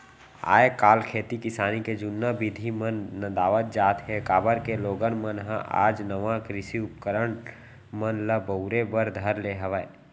आज काल खेती किसानी के जुन्ना बिधि मन नंदावत जात हें, काबर के लोगन मन ह आज नवा कृषि उपकरन मन ल बउरे बर धर ले हवय